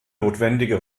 notwendige